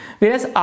Whereas